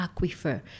Aquifer